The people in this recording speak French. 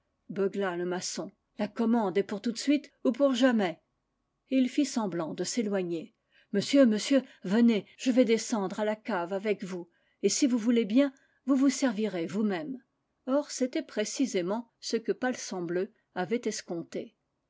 le maçon la commande est pour tout de suite ou pour jamais et il fit semblant de s'éloigner monsieur monsieur venez je vais descendre la cave avec vous et si vous voulez bien vous vous servirez vous-même or c'était précisément ce que palsambleu avait escompté